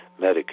Medicare